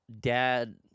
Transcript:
Dad